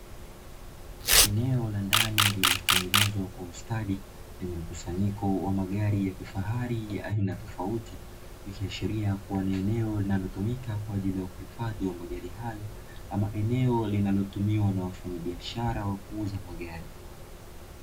Eneo la ndani lililotengenezwa kwa ustadi, lenye mkusanyiko wa magari ya kifahari ya aina tofauti ikiashiria kuwa ni eneo linalotumika kwa ajili ya kuhifadhi wa magari hayo, ama eneo linalotumiwa na wafanya biashara wa kuuza magari.